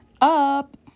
up